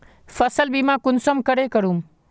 फसल बीमा कुंसम करे करूम?